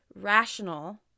rational